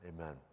amen